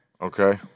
Okay